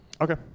Okay